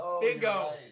Bingo